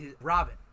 Robin